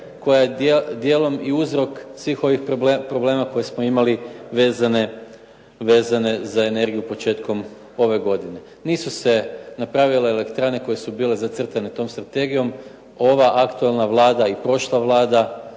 koja je dijelom i uzrok svih ovih problema koje smo imali vezane za energiju početkom ove godine. Nisu se napravile elektrane koje su bile zacrtane tom strategijom. Ova aktualna Vlada i prošla Vlada